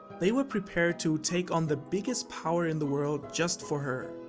they were prepared to take on the biggest power in the world just for her.